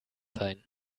sein